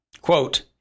Quote